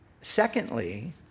secondly